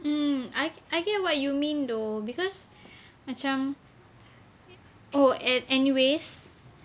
um I I get what you mean though because macam oh at N_U_S